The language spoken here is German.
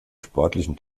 sportlichen